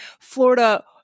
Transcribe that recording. Florida –